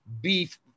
beef